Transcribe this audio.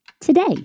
today